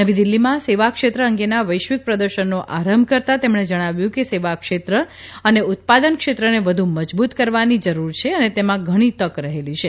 નવી દિલ્ઠીમાં સેવા ક્ષેત્ર અંગેના વૈશ્વિક પ્રદર્શનનો આરંભ કરતા તેમણે જણાવ્યુ કે સેવાક્ષેત્ર અને ઉત્પાદન ક્ષેત્રને વધુ મજબૂત કરવાની જરૂર છે અને તેમાં ઘણી તક રહેલી છે